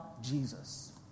Jesus